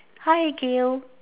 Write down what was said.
hi Gill